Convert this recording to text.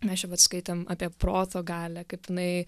mes čia vat skaitom apie proto galią kaip jinai